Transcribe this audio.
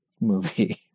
movie